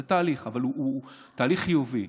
זה תהליך אבל הוא תהליך חיובי.